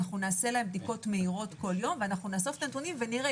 אנחנו נעשה להם בדיקות מהירות כל יום ואנחנו נאסוף את נתונים ונראה.